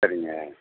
சரிங்க